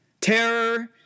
terror